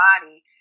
body